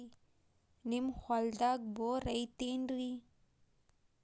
ನಿಮ್ಮ ಹೊಲ್ದಾಗ ಬೋರ್ ಐತೇನ್ರಿ?